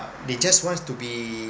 they just wants to be